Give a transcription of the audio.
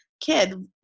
kid